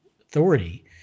authority